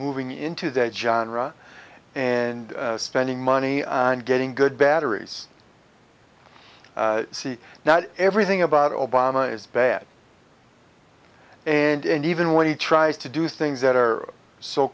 moving into that john rocker and spending money on getting good batteries i see now everything about obama is bad and even when he tries to do things that are so